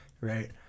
right